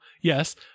Yes